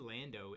Lando